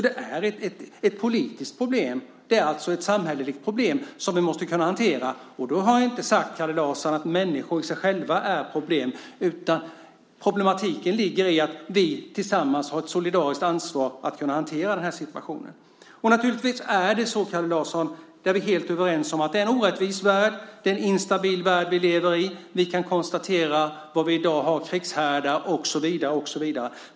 Det är ett politiskt problem. Det är ett samhälleligt problem som vi måste hantera. Jag har inte sagt, Kalle Larsson, att människor i sig själva är ett problem. Problemet ligger i att vi tillsammans har ett solidariskt ansvar att hantera situationen. Vi är helt överens om att det är en orättvis värld, Kalle Larsson. Det är en instabil värld vi lever i. Vi kan konstatera var det i dag finns krigshärdar och så vidare.